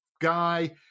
guy